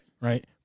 right